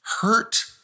hurt